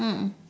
mm